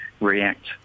react